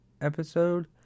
episode